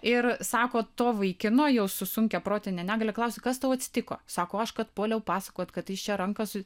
ir sako to vaikino jau su sunkia protine negalia klausia kas tau atsitiko sako aš kad puoliau pasakoti kad jis čia ranką su